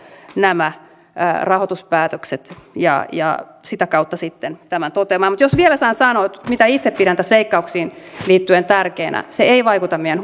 nämä rahoituspäätökset ja ja sitä kautta sitten tämän toteamaan mutta jos vielä saan sanoa mitä itse pidän tässä leikkauksiin liittyen tärkeänä se ei vaikuta meidän